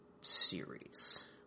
series